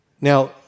Now